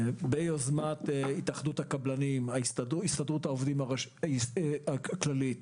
ביוזמת התאחדות הקבלנים, הסתדרות העובדים הכללית,